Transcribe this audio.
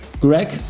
Greg